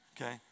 okay